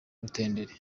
rutenderi